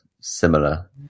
similar